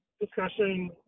discussion